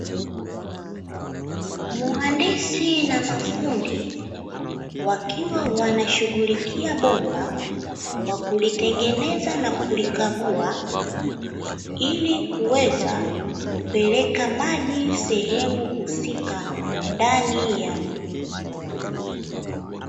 Mhandisi na mafundi, wakiwa wanashughulikia bomba kwa kulitengeneza na kulikagua, ili kuweza kupeleka maji sehemu husika; ndani ya mji.